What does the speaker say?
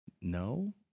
no